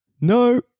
no